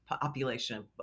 population